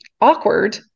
awkward